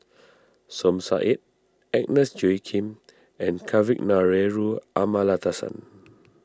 Som Said Agnes Joaquim and Kavignareru Amallathasan